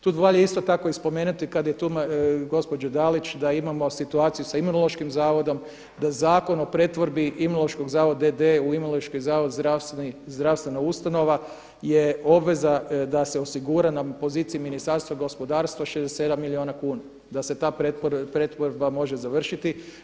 Tu valja isto tako i spomenuti kad je tu gospođa Dalić, da imamo situaciju sa Imunološkim zavodom, da Zakon o pretvorbi Imunološkog zavoda d.d. u Imunološki zavod zdravstvena ustanova je obveza da se osigura na poziciji Ministarstva gospodarstva 67 milijuna kuna da se ta pretvorba može završiti.